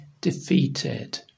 defeated